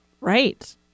Right